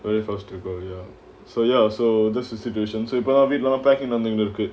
well I was to go ya so ya so this institutions about vietnam parking nothing that could